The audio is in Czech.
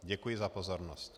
Děkuji za pozornost.